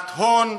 הלבנת הון,